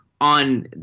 on